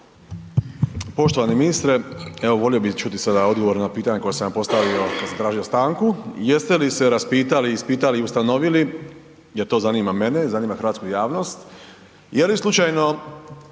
Poštovani ministre. Evo, volio bih čuti sada odgovor na pitanje koje sam vam postavio kad sam tražio stanku. Jeste li se raspitali, ispitali i ustanovili jer to zanima mene, zanima hrvatsku javnost, je li slučajno